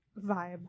vibe